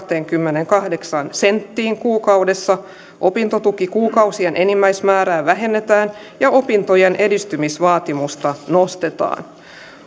kahteenkymmeneenkahdeksaan euroon kuukaudessa opintotukikuukausien enimmäismäärää vähennetään ja opintojen edistymisvaatimusta nostetaan